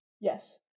Yes